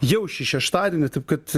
jau šį šeštadienį taip kad